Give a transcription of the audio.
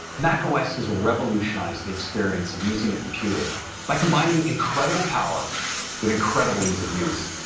macos has revolutionized the experience of using a computer by combining incredible power with incredible ease of use.